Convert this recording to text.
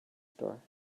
store